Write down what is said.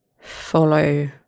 follow